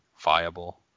viable